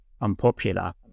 unpopular